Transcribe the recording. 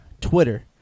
Twitter